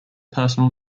personal